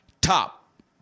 top